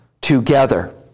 together